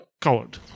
coward